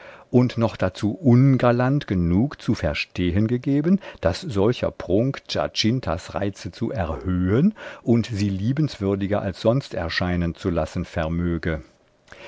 und noch dazu ungalant genug zu verstehen gegeben daß solcher prunk giacintas reize zu erhöhen und sie liebenswürdiger als sonst erscheinen zu lassen vermöge